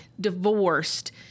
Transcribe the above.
divorced